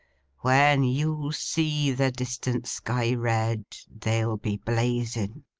when you see the distant sky red, they'll be blazing.